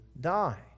die